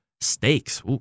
steaks